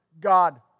God